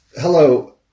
hello